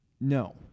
No